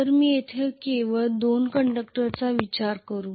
तर मी येथे केवळ दोन कंडक्टरचा विचार करेन